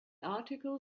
article